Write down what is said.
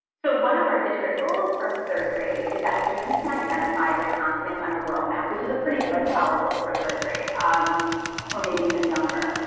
so one of our district goals for third grade is that students can identify the continents on a world map, which is a pretty like solid goal for third grade or maybe even younger.